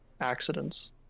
accidents